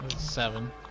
Seven